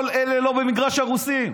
כל אלה לא במגרש הרוסים.